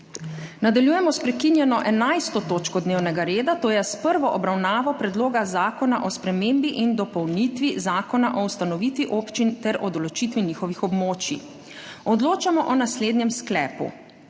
Nadaljujemo s prekinjeno 11. točko dnevnega reda, to je s prvo obravnavo Predloga zakona o spremembi in dopolnitvi Zakona o ustanovitvi občin ter o določitvi njihovih območij. Odločamo o naslednjem sklepu: